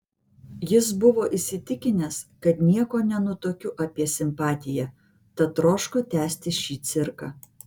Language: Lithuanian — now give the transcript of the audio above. jis buvo įsitikinęs kad nieko nenutuokiu apie simpatiją tad troško tęsti šį cirką